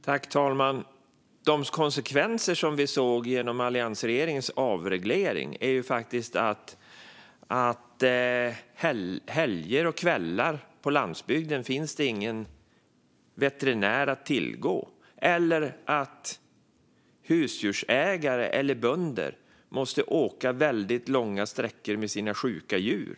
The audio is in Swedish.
Fru talman! De konsekvenser som vi har sett av alliansregeringens avreglering är att det under helger och kvällar på landsbygden inte finns någon veterinär att tillgå eller att husdjursägare och bönder måste åka väldigt långa sträckor med sina sjuka djur.